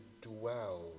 dwell